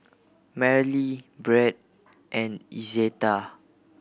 Marely Brett and Izetta